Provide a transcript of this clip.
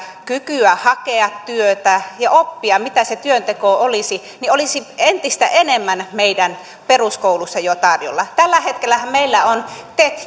kykyä hakea työtä ja oppia mitä se työnteko olisi olisi entistä enemmän meidän peruskoulussa jo tarjolla tällä hetkellähän meillä on tet